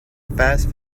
fast